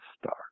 start